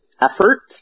effort